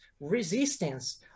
resistance